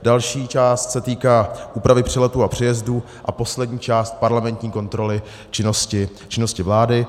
Další část se týká úpravy přeletů a přejezdů a poslední část parlamentní kontroly činnosti vlády.